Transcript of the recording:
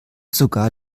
sogar